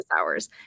hours